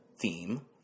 theme